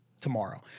tomorrow